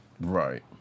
Right